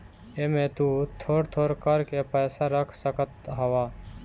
एमे तु थोड़ थोड़ कर के पैसा रख सकत हवअ